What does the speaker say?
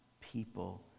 people